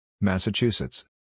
Massachusetts